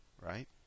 right